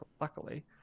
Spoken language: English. luckily